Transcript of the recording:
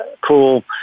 cool